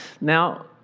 Now